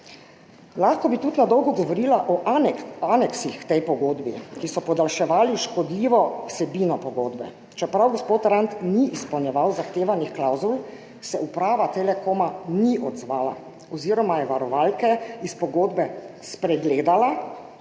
Lahko bi tudi na dolgo govorila o aneksih k tej pogodbi, ki so podaljševali škodljivo vsebino pogodbe. Čeprav gospod Rant ni izpolnjeval zahtevanih klavzul, se uprava Telekoma ni odzvala oziroma je varovalke iz pogodbe spregledala